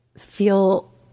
feel